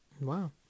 Wow